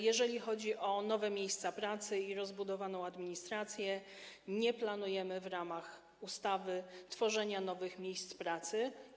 Jeżeli chodzi o nowe miejsca pracy i rozbudowaną administrację - nie planujemy w ramach ustawy tworzenia nowych miejsc pracy.